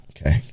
Okay